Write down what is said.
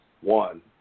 one